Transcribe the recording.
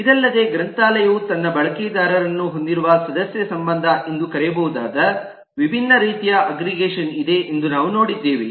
ಇದಲ್ಲದೆ ಗ್ರಂಥಾಲಯವು ತನ್ನ ಬಳಕೆದಾರರನ್ನು ಹೊಂದಿರುವ ಸದಸ್ಯ ಸಂಬಂಧ ಎಂದು ಕರೆಯಬಹುದಾದ ವಿಭಿನ್ನ ರೀತಿಯ ಅಗ್ರಿಗೇಷನ್ ಇದೆ ಎಂದು ನಾವು ನೋಡಿದ್ದೇವೆ